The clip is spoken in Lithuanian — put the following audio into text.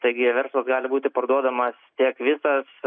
taigi verslas gali būti parduodamas tiek visas